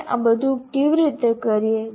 આપણે આ બધું કેવી રીતે કરીએ